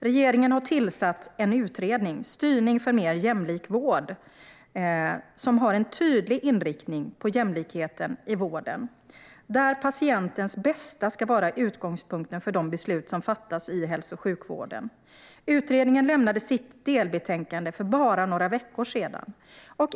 Regeringen har tillsatt en utredning, Styrning för en mer jämlik vård, som har en tydlig inriktning på jämlikhet i vården och att patientens bästa ska vara utgångspunkten för de beslut som fattas i hälso och sjukvården. Utredningen lämnade sitt delbetänkande för bara några veckor sedan.